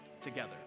together